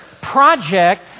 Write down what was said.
project